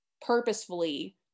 purposefully